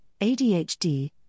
ADHD